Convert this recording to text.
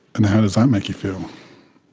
and how does that make you feel?